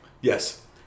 Yes